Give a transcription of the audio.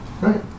Right